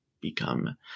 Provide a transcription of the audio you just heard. become